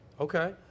Okay